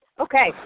Okay